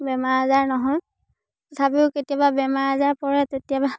বেমাৰ আজাৰ নহয় তথাপিও কেতিয়াবা বেমাৰ আজাৰ পৰে তেতিয়াবা